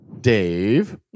Dave